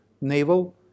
naval